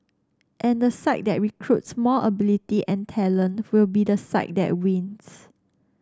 and the side that recruits more ability and talent will be the side that wins